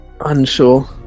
Unsure